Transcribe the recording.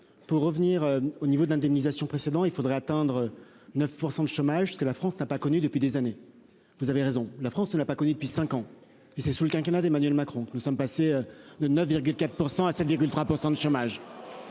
Pour revenir au niveau de l'indemnisation précédant il faudrait atteindre 9% de chômage, ce que la France n'a pas connu depuis des années. Vous avez raison, la France ne l'a pas connu depuis 5 ans et c'est sous le quinquennat d'Emmanuel Macron que nous sommes passés de 9,4% à 7,3% de chômage.